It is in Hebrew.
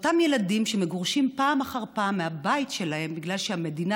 אותם ילדים שמגורשים פעם אחר פעם מהבית שלהם בגלל שהמדינה